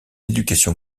éducation